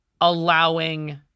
allowing